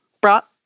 brought